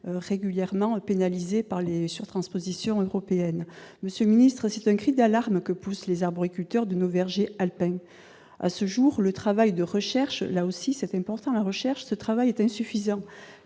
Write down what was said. régulièrement pénalisés par les surtranspositions de textes européens. Monsieur le ministre, c'est un cri d'alarme que poussent les arboriculteurs de nos vergers alpins ! À ce jour, le travail de recherche, pourtant important, est insuffisant.